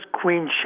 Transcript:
queenship